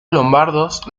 lombardos